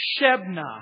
Shebna